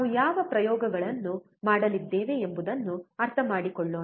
ನಾವು ಯಾವ ಪ್ರಯೋಗಗಳನ್ನು ಮಾಡಲಿದ್ದೇವೆ ಎಂಬುದನ್ನು ಅರ್ಥಮಾಡಿಕೊಳ್ಳೋಣ